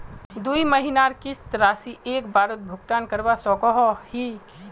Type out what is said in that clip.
दुई महीनार किस्त राशि एक बारोत भुगतान करवा सकोहो ही?